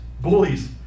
bullies